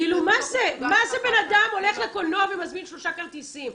מה זה בן אדם הולך לקולנוע ומזמין שלושה כרטיסים?